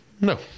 No